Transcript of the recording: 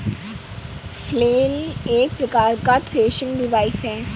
flail एक प्रकार का थ्रेसिंग डिवाइस है